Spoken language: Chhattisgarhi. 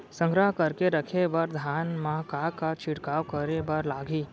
संग्रह करके रखे बर धान मा का का छिड़काव करे बर लागही?